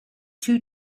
two